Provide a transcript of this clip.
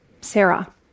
Sarah